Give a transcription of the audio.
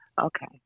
Okay